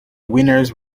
winners